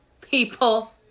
people